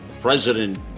President